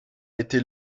été